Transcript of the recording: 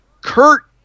Kurt